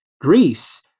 Greece